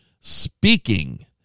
speaking